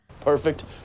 Perfect